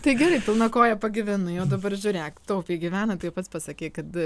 tai gerai pilna koja pagyvenai o dabar žiūrėk taupiai gyvenat tai pats pasakei kad